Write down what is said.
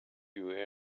you